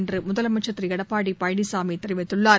என்றுமுதலமைச்சர் திருளடப்பாடிபழனிச்சாமிதெரிவித்துள்ளார்